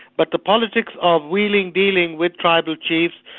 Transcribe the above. but the politics of wheeling, dealing with tribal chiefs,